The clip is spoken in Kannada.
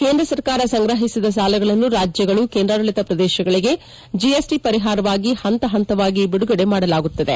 ಕೇಂದ್ರ ಸರ್ಕಾರ ಸಂಗ್ರಹಿಸಿದ ಸಾಲಗಳನ್ನು ರಾಜ್ಯಗಳು ಕೇಂದ್ರಾಡಳಿತ ಪ್ರದೇಶಗಳಿಗೆ ಜಿಎಸ್ಟಿ ಪರಿಹಾರವಾಗಿ ಹಂತ ಹಂತವಾಗಿ ಬಿಡುಗಡೆ ಮಾಡಲಾಗುತ್ತದೆ